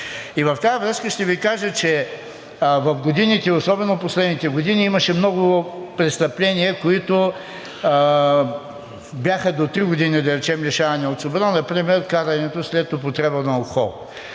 И в тази връзка ще Ви кажа, че в годините, особено последните години, имаше много престъпления, които бяха до три години, да речем, лишаване от свобода, например карането след употреба на